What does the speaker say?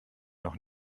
noch